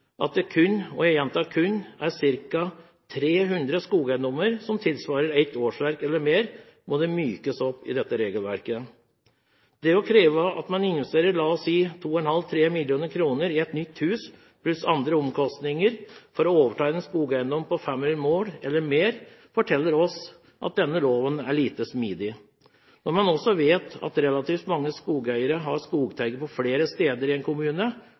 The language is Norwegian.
at det kun – og jeg gjentar kun – er ca. 300 skogeiendommer som tilsvarer ett årsverk eller mer, må det mykes opp i dette regelverket. Det å kreve at man investerer – la oss si – 2,5–3 mill. kr i et nytt hus, pluss andre omkostninger, for å overta en skogeiendom på 500 mål eller mer, forteller oss at denne loven er lite smidig. Når man også vet at relativt mange skogeiere har skogteiger flere steder i en kommune,